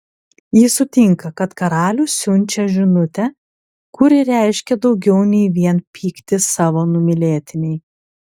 ji sutinka kad karalius siunčia žinutę kuri reiškia daugiau nei vien pyktį savo numylėtinei